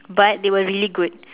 but they were really good